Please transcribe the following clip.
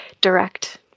direct